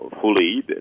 fully